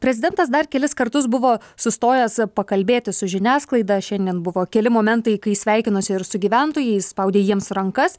prezidentas dar kelis kartus buvo sustojęs pakalbėti su žiniasklaida šiandien buvo keli momentai kai sveikinosi ir su gyventojais spaudė jiems rankas